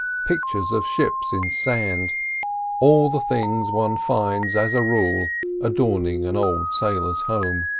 pictures of ships in sand all the things one finds as a rule adorning an old sailor's home.